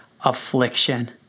affliction